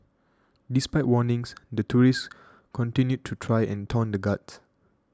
despite warnings the tourists continued to try and taunt the guards